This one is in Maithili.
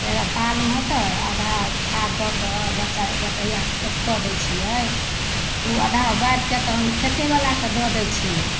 तऽ पालन होतै आधा खाद दऽ कऽ बच्चा बटैया खेत कऽ दै छियै ओ आधा बाँटिके तऽ हम खेतेबलाके दऽ दै छियै